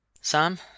Sam